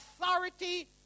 authority